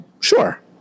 Sure